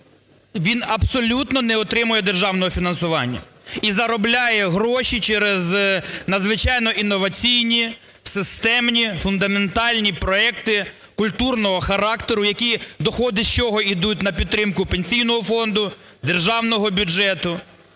він абсолютно не отримує державного фінансування і заробляє гроші через надзвичайно інноваційні системні фундаментальні проекти культурного характеру, які, доходи з чого йдуть на підтримку Пенсійного фонду, державного бюджету.